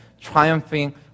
triumphing